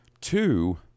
Two